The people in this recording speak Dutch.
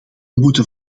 moeten